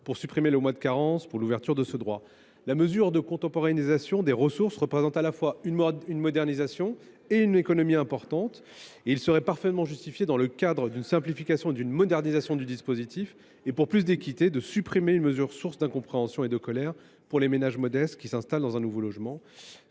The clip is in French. pour supprimer le mois de carence pour l’ouverture de ce droit. La contemporanéisation des ressources représente à la fois une modernisation et une économie importante. Il serait donc parfaitement justifié, dans le cadre d’une simplification et d’une mise à jour du dispositif, et afin de renforcer son équité, de supprimer une mesure qui est une source d’incompréhension et de colère pour les ménages modestes s’installant dans un nouveau logement.